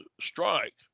strike